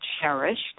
cherished